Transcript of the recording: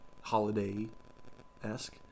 holiday-esque